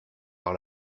par